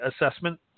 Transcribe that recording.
assessment